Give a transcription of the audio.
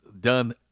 done